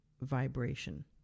vibration